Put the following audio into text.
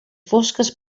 fosques